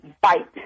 bite